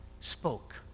Spoke